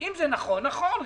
נכון.